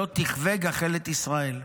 שלא תכבה גחלת ישראל".